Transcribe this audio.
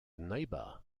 neighbour